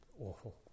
awful